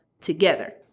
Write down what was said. together